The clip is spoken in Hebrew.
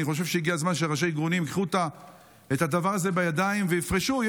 אני חושב שהגיע הזמן שראשי ארגונים ייקחו את הדבר הזה בידיים ויפרשו.